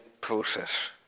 process